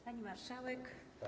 Pani Marszałek!